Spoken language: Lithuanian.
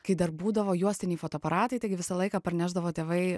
kai dar būdavo juostiniai fotoaparatai taigi visą laiką parnešdavo tėvai